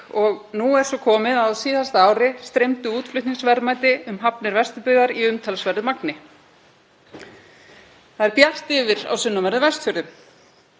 og nú er svo komið að á síðasta ári streymdu útflutningsverðmæti um hafnir Vesturbyggðar í umtalsverðu magni. Það er bjart yfir á sunnanverðum Vestfjörðum.